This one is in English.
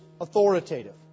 authoritative